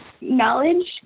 knowledge